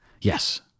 Yes